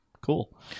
cool